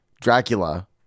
Dracula